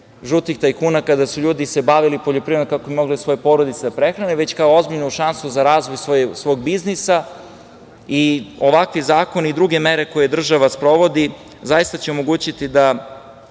žutih tajkuna, kada su se ljudi bavili poljoprivredom kako bi mogli svoje porodice da prehrane, već kao ozbiljnu šansu za razvoj svog biznisa. Ovakvi zakoni i druge mere koje država sprovodi zaista će omogućiti da